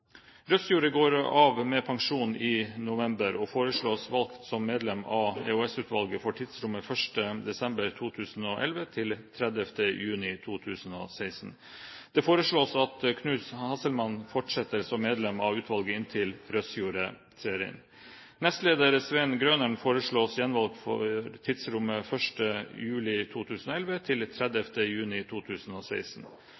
går av med pensjon i november, og foreslås valgt som medlem av EOS-utvalget for tidsrommet 1. desember 2011 til 30. juni 2016. Det foreslås at Knut Hanselmann fortsetter som medlem av utvalget inntil Røsjorde trer inn. Nestleder, Svein Grønnern, foreslås gjenvalgt for tidsrommet 1. juli 2011 til